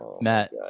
Matt